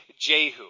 Jehu